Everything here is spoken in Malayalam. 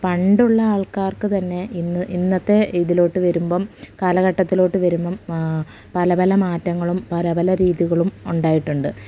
പണ്ടുള്ള ആൾക്കാർക്ക് തന്നെ ഇന്ന് ഇന്നത്തെ ഇതിലേക്ക് വരുമ്പോള് കാലഘട്ടത്തിലേക്ക് വരുമ്പോള് പല പല മാറ്റങ്ങളും പല പല രീതികളുമുണ്ടായിട്ടുണ്ട്